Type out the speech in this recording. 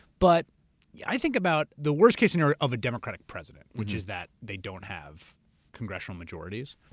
but yeah i think about the worst case scenario of a democratic president, which is that they don't have congressional majorities.